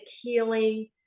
healing